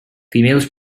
females